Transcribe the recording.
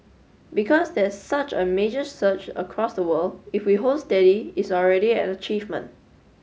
because there's such a major surge across the world if we hold steady it's already an achievement